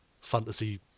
fantasy